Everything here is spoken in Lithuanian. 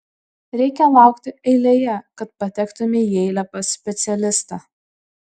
reikia laukti eilėje kad patektumei į eilę pas specialistą